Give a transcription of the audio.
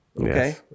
Okay